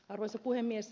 arvoisa puhemies